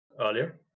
earlier